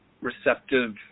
receptive